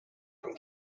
from